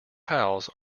pals